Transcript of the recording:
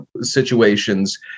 situations